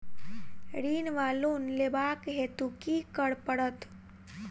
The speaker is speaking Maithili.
ऋण वा लोन लेबाक हेतु की करऽ पड़त?